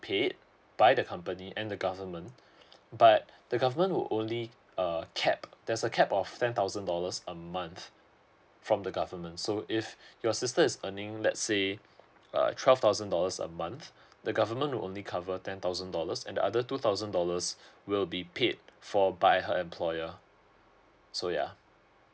paid by the company and the government but the government only err cap there's a cap of ten thousand dollars a month from the government so if your sister is earning let say uh twelve thousand dollars a month the government only cover ten thousand dollars and the other two thousand dollars will be paid for by her employer so yeah